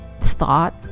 thought